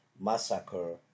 Massacre